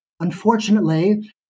Unfortunately